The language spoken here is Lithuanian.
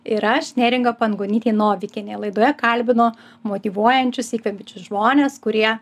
ir aš neringa pangonytė novikienė laidoje kalbinu motyvuojančius įkvepiančius žmones kurie